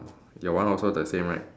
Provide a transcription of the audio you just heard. your one also the same right